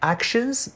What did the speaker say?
Actions